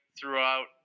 throughout